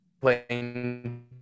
playing